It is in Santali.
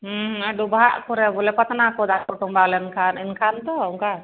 ᱦᱮᱸ ᱦᱮᱸ ᱟᱨ ᱰᱳᱵᱷᱟᱜ ᱠᱚᱨᱮᱜ ᱵᱚᱞᱮ ᱯᱟᱛᱞᱟ ᱠᱚ ᱫᱟᱜ ᱠᱚ ᱛᱚᱵᱟᱣ ᱞᱮᱱᱠᱷᱟᱱ ᱮᱱᱠᱷᱟᱱ ᱫᱚ ᱚᱱᱠᱟ